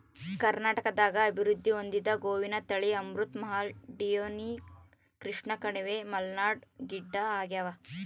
ಕರ್ನಾಟಕದಾಗ ಅಭಿವೃದ್ಧಿ ಹೊಂದಿದ ಗೋವಿನ ತಳಿ ಅಮೃತ್ ಮಹಲ್ ಡಿಯೋನಿ ಕೃಷ್ಣಕಣಿವೆ ಮಲ್ನಾಡ್ ಗಿಡ್ಡಆಗ್ಯಾವ